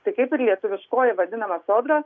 tai kaip ir lietuviškoji vadinama sodra